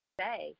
say